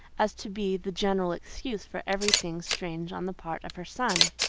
as to be the general excuse for every thing strange on the part of her son.